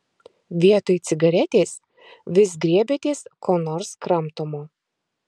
vietoj cigaretės vis griebiatės ko nors kramtomo